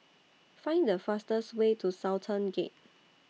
Find The fastest Way to Sultan Gate